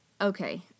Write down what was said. okay